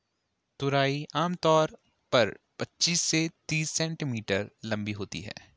तुरई आम तौर पर पचीस से तीस सेंटीमीटर लम्बी होती है